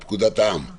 אז